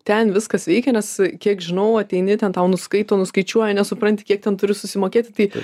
ten viskas veikia nes kiek žinau ateini ten tau nuskaito nuskaičiuoja nesupranti kiek ten turi susimokėti tai